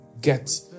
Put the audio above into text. get